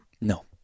No